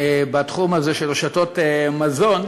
בתחום הזה של רשתות מזון,